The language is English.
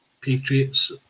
Patriots